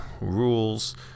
rules